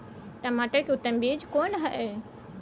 टमाटर के उत्तम बीज कोन होय है?